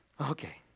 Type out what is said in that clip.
Okay